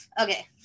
okay